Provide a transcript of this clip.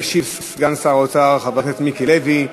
ישיב סגן שר האוצר חבר הכנסת מיקי לוי.